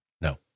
No